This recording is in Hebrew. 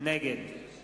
נגד